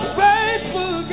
faithful